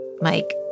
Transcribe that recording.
Mike